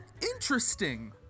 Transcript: Interesting